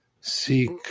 seek